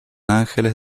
ángeles